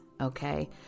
Okay